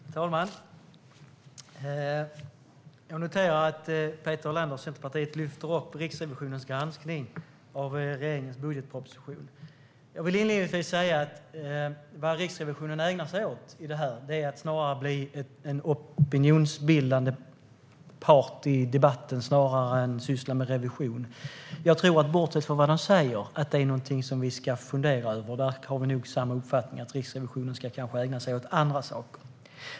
Herr talman! Jag noterar att Centerpartiets Peter Helander lyfter upp Riksrevisionens granskning av regeringens budgetproposition. Jag vill inledningsvis säga att det som Riksrevisionen ägnar sig åt i det här fallet är att bli en opinionsbildande part i debatten snarare än att syssla med revision. Bortsett från vad de säger tror jag att detta är någonting som vi ska fundera över. Här har vi nog samma uppfattning: Riksrevisionen ska kanske ägna sig åt andra saker.